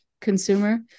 consumer